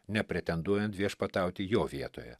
nepretenduojant viešpatauti jo vietoje